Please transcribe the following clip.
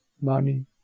money